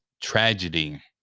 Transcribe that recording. tragedy